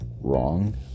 wrong